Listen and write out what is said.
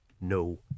no